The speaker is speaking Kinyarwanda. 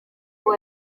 uwo